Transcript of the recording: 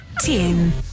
Tim